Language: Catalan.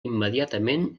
immediatament